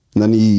Nani